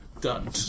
done